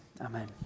Amen